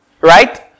right